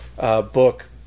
book